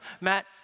Matt